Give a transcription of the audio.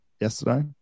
yesterday